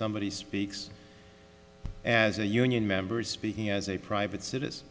somebody speaks as a union members speaking as a private citizen